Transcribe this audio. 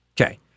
Okay